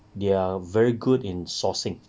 they are very good in sourcing